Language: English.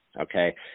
Okay